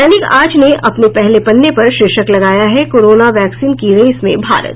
दैनिक आज ने अपने पहले पन्ने पर शीर्षक लगाया है कोरोना वैक्सीन की रेस में भारत